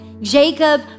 Jacob